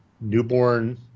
newborn